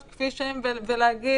זה אינסנטיב, מה שנקרא.